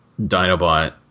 Dinobot